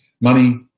money